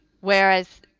Whereas